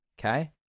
okay